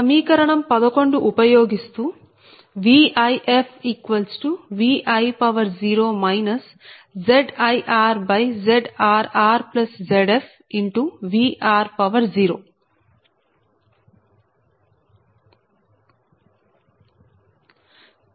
సమీకరణం 11 ఉపయోగిస్తూ VifVi0 ZirZrrZf Vr0